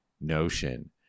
notion